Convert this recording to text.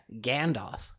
Gandalf